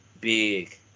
big